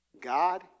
God